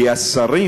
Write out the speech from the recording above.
כי השרים,